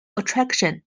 attraction